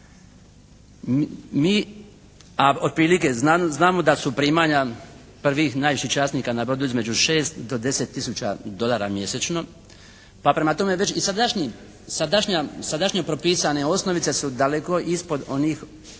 Mi, a otprilike znamo da su primanja prvih najviših časnika na brodu između 6 do 10 tisuća dolara mjesečno pa prema tome već i sadašnje propisane osnovice su daleko ispod onih